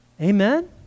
Amen